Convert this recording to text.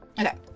Okay